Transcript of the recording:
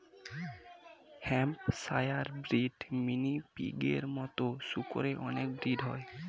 Hampshire breed, mini পিগের মতো শুকরের অনেক ব্রিড হয়